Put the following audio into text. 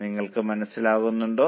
നിങ്ങൾക്ക് മനസിലാകുന്നുണ്ടോ